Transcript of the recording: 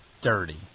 dirty